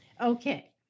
Okay